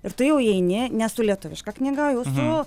ir tu jau įeini ne su lietuviška knyga jau su